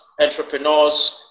entrepreneurs